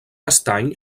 estany